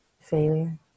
failure